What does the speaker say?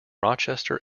rochester